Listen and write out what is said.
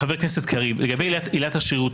חבר הכנסת קריב, לגבי עילת השרירותיות.